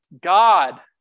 God